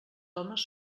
homes